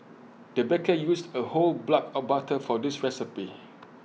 the baker used A whole block of butter for this recipe